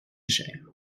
cher